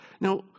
Now